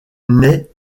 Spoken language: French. naît